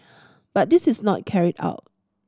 but this is not carried out